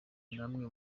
namwe